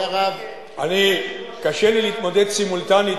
קשה לי להתמודד סימולטנית,